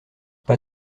pas